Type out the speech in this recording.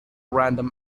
random